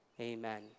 Amen